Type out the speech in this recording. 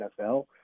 NFL